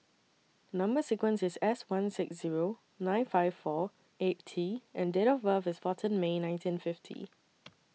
Number sequence IS S one six Zero nine five four eight T and Date of birth IS fourteen May nineteen fifty